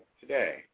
today